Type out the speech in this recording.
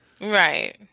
Right